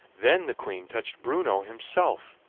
then the queen touched bruno himself,